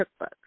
cookbooks